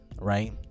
right